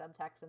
subtext